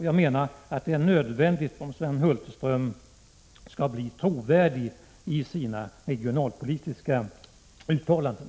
Jag menar att det är nödvändigt, om Sven Hulterström skall bli trovärdig i sina regionalpolitiska uttalanden.